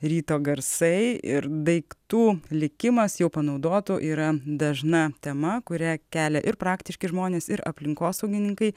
ryto garsai ir daiktų likimas jau panaudotų yra dažna tema kurią kelia ir praktiški žmonės ir aplinkosaugininkai